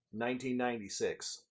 1996